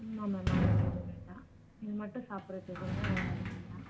no ma'am அதெல்லாம் எதுவும் வேண்டாம் இது மட்டும் சாப்பிடுறத்துக்கு கொடுங்க வேறு எதுவும் வேண்டாம்